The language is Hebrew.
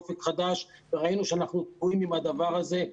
חדש" וראינו שאנחנו תקועים עם הדבר הזה,